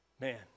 man